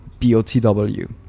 botw